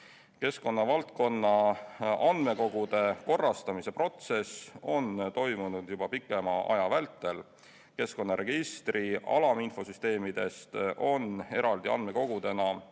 Keskkonnavaldkonna andmekogude korrastamise protsess on toimunud juba pikema aja vältel. Keskkonnaregistri alaminfosüsteemidest on eraldi andmekogudena